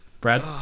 Brad